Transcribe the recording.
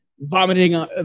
Vomiting